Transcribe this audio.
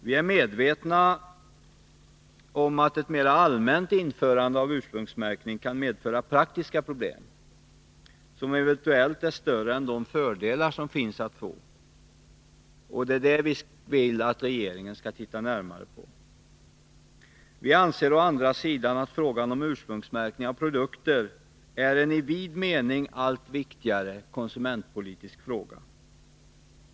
Vi är medvetna om att ett mera allmänt införande av ursprungsmärkning kan medföra praktiska problem, som eventuellt är större än de fördelar som finns att få, och det är detta vi vill att regeringen skall se närmare på. Vi anser å andra sidan att frågan om ursprungsmärkning av produkter är en i vid mening allt viktigare konsumentpolitisk fråga.